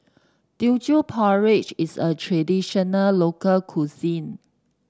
Teochew Porridge is a traditional local cuisine